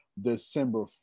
December